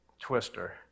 twister